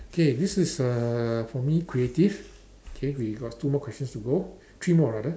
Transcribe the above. okay this is uh for me creative okay we got two more questions to go three more rather